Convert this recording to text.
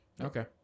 Okay